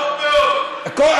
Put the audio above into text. טוב מאוד, צודק.